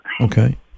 Okay